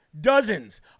dozens